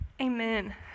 Amen